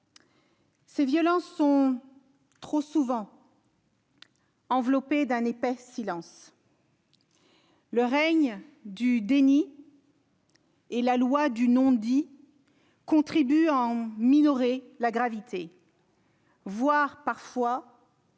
Ces violences sont trop souvent enveloppées d'un épais silence. Le règne du déni et la loi du « non-dit » contribuent à en minorer la gravité, voire, parfois, à les